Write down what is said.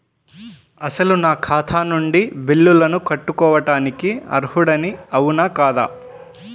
అసలు నా ఖాతా నుండి బిల్లులను కట్టుకోవటానికి అర్హుడని అవునా కాదా?